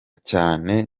cyane